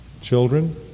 Children